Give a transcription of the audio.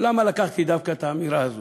ולמה לקחתי דווקא את האמירה הזאת?